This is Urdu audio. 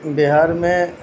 بہار میں